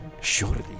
Surely